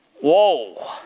whoa